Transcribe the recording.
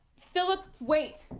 philip wait!